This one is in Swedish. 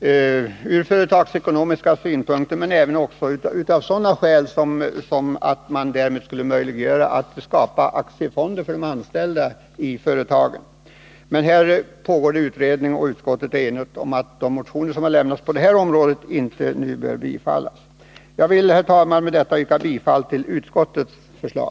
både från företagseknomiska synpunkter och för att man därmed skulle kunna skapa aktiefonder för de anställda i företagen. Utskottet är enigt om att de motioner som har lämnats i detta avseende inte nu bör bifallas. Herr talman! Jag yrkar bifall till utskottets hemställan.